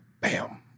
Bam